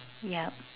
yup